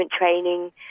training